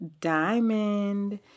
diamond